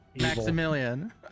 Maximilian